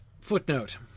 footnote